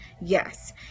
Yes